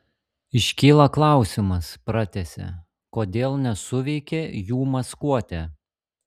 iškyla klausimas pratęsė kodėl nesuveikė jų maskuotė